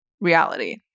reality